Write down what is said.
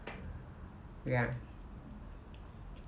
ya